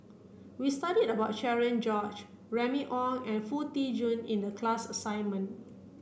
we studied about Cherian George Remy Ong and Foo Tee Jun in the class assignment